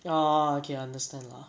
orh okay understand lah